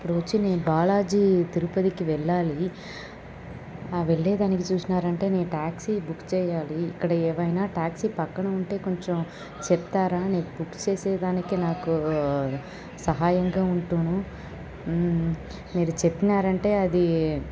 ఇప్పుడు వచ్చి నేను బాలాజీ తిరుపతికి వెళ్ళాలి ఆ వెళ్ళేదానికి చూసినారంటే నేను ట్యాక్సీ బుక్ చేయాలి ఇక్కడ ఏవైనా ట్యాక్సీ పక్కన ఉంటే కొంచం చెప్తారా నేను బుక్ చేసేదానికి నాకు సహాయంగా ఉంటును మీరు చెప్పినారంటే అది